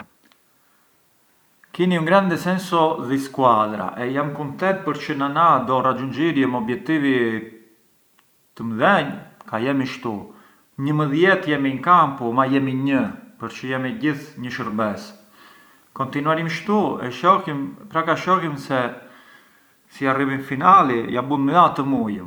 Kini un grande senso di squadra e jam kuntent përçë ng ana do raxhunxhirjëm obiettivi të mdhenjë ka jemi shtu, një e më dhjetë jemi in campu ma jemi një, përçë jemi gjithë një shurbes, kontinuarjëm shtu e shohjëm… e pra’ ka shohjëm se si jarrëjëm in finali ja bun midhema të mujëm.